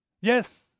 Yes